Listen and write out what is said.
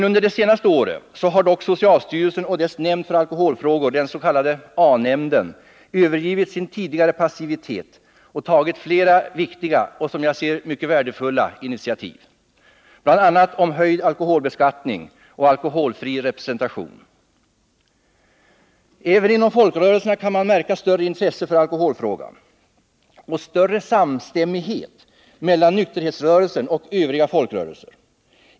Under det senaste året har dock socialstyrelsen och dess nämnd för alkoholfrågor — den s.k. a-nämnden — övergivit sin tidigare passivitet och tagit flera mycket viktiga initiativ, bl.a. till höjd alkoholbeskattning och alkoholfri representation. Man kan även märka större intresse för alkoholfrågan inom folkrörelserna och större samstämmighet mellan nykterhetsrörelsen och övriga folkrörelser.